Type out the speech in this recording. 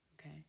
okay